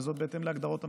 בהתאם להגדרות המחוקק.